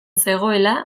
zegoela